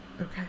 Okay